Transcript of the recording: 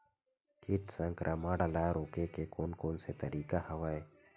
कीट संक्रमण ल रोके के कोन कोन तरीका हवय?